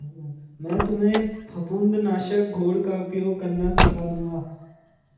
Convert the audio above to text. मैं तुम्हें फफूंद नाशक घोल का उपयोग करना सिखा दूंगा